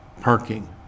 parking